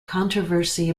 controversy